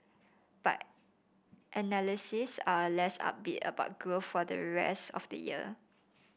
but are less upbeat about growth for the rest of the year